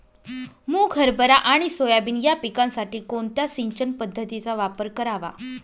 मुग, हरभरा आणि सोयाबीन या पिकासाठी कोणत्या सिंचन पद्धतीचा वापर करावा?